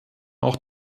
auch